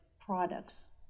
products